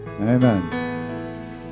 Amen